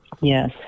yes